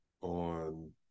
on